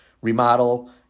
remodel